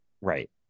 right